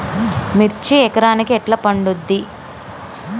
మిర్చి ఎకరానికి ఎట్లా పండుద్ధి?